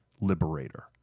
liberator